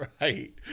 right